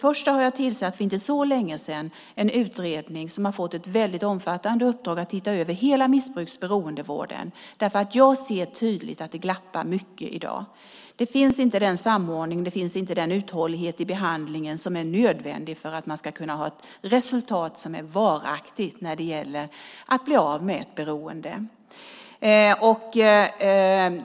Vi tillsatte för inte så länge sedan en utredning som har fått ett omfattande uppdrag att titta över hela missbruks och beroendevården. Jag ser tydligt att det glappar mycket i dag. Det finns inte den samordning och uthållighet i behandlingen som är nödvändig för att man ska få ett resultat som är varaktigt när det gäller att bli av med ett beroende.